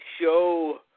show